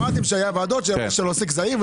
אמרתם שפעם היו ועדות של עוסק זעיר,